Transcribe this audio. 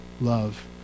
love